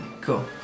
Cool